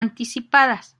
anticipadas